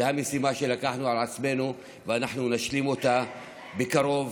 זו המשימה שלקחנו על עצמנו ואנחנו נשלים אותה בקרוב,